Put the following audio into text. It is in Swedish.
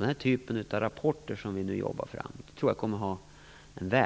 Den här typen av rapporter som vi nu jobbar fram tror jag kommer att